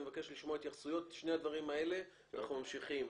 אני מבקש לשמוע התייחסויות לשני הדברים האלה ואנחנו ממשיכים.